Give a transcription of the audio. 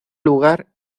lugar